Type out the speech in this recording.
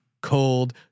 cold